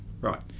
Right